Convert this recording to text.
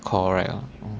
correct lah